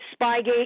Spygate